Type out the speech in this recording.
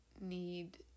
need